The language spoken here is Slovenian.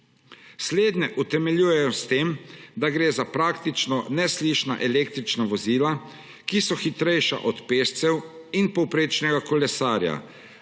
Slednje utemeljujejo s tem, da gre za praktično neslišna električna vozila, ki so hitrejša od pešcev in povprečnega kolesarja,